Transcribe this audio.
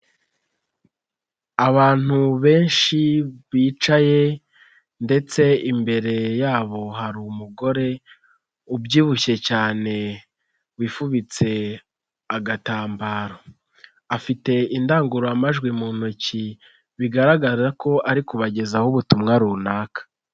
Abantu benshi bicaye ndetse imbere yabo hari umugore ubyibushye cyane wifubitse agatambaro, afite indangururamajwi mu ntoki bigaragara ko ari kubagezaho ubutumwa runaka.